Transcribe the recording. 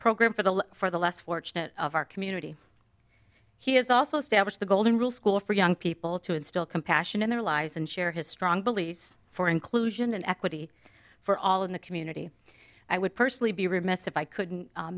program for the for the less fortunate of our community he has also stamps the golden rule school for young people to instill compassion in their lives and share his strong beliefs for inclusion and equity for all in the community i would personally be remiss if i couldn't